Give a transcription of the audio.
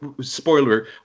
spoiler